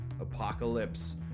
apocalypse